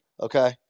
okay